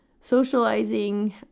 socializing